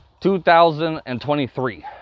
2023